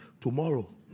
Tomorrow